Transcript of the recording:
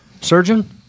Surgeon